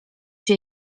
się